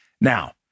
Now